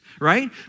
right